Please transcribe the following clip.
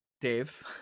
Dave